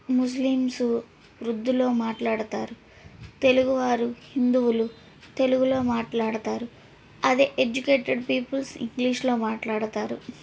Muslims ఉర్దూలో మాట్లాడతారు తెలుగువారు హిందువులు తెలుగులో మాట్లాడతారు అదే ఎడ్యుకేటెడ్ పీపుల్స్ ఇంగ్లీషులో మాట్లాడతారు